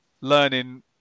learning